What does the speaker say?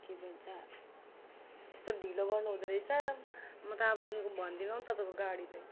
के भन्छ यस्तो ढिलो गर्नुहुँदो रहेछ म त अबदेखिको भन्दिनँ हौ तपाईँको गाडी त